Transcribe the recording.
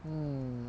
um